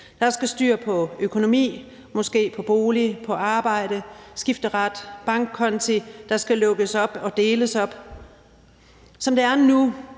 Der skal styr på økonomi og måske bolig, arbejde og skifteret, og der er bankkonti, der skal lukkes op og deles op. Som det er nu,